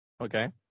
Okay